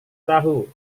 tahu